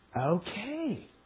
Okay